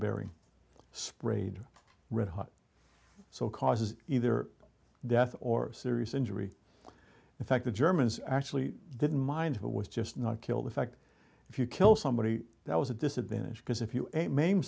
bearing sprayed red hot so causes either death or serious injury in fact the germans actually didn't mind it was just not kill the fact if you kill somebody that was a disadvantage because if you ai